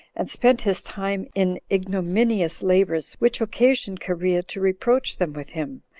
and spent his time in ignominious labors, which occasioned cherea to reproach them with him,